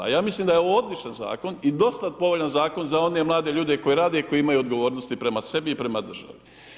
Ja mislim da je ovo odličan zakon i dosta povoljan zakon za one mlade ljude koji rade i koji imaju odgovornosti prema sebi i prema državi.